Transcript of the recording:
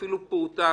אפילו פעוטה